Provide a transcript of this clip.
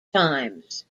times